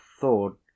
thought